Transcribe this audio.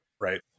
right